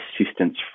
assistance